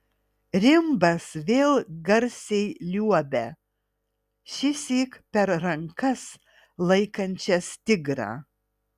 rimbas vėl garsiai liuobia šįsyk per rankas laikančias tigrą